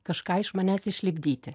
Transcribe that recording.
kažką iš manęs išlipdyti